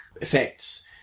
effects